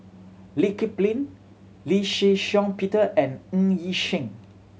Lee Kip Lin Lee Shih Shiong Peter and Ng Yi Sheng